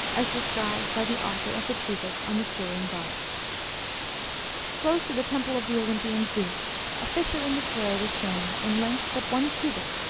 as described by the author of the treatise on the syrian goddess close to the temple of the olympian zeus a fissure in the soil was shown, in length but one cubit,